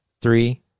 three